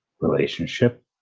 relationship